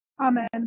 Amen